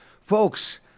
folks